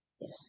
yes